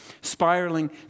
spiraling